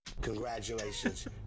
Congratulations